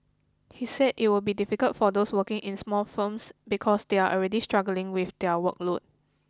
he said it would be difficult for those working in small firms because they are already struggling with their workload